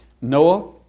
Noah